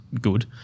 good